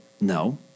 No